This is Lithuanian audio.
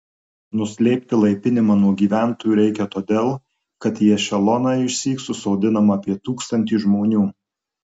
nuslėpti laipinimą nuo gyventojų reikia todėl kad į ešeloną išsyk susodinama apie tūkstantį žmonių